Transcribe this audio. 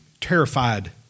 terrified